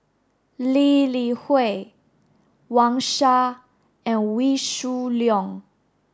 Lee Li Hui Wang Sha and Wee Shoo Leong